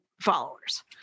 followers